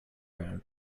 brown